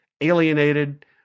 alienated